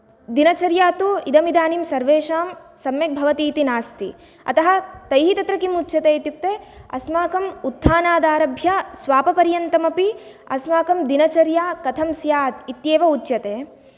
दिनचर्या तु इदम् इदानीं सर्वेषां सम्यक् भवति इति नास्ति अतः तैः तत्र किम् उच्यते इत्युक्ते अस्माकम् उत्थानादारभ्य स्वापपर्यन्तम् अपि अस्माकम् दिनचर्या कथं स्यात् इत्येव उच्यते